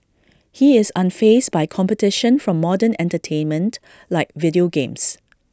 he is unfazed by competition from modern entertainment like video games